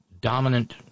dominant